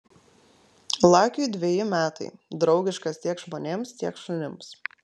lakiui dveji metai draugiškas tiek žmonėms tiek šunims